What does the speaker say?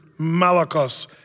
malakos